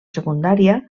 secundària